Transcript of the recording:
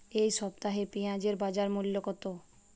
এ সপ্তাহে পেঁয়াজের বাজার মূল্য কত?